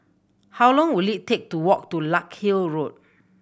how long will it take to walk to Larkhill Road